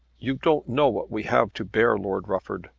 you don't know what we have to bear, lord rufford.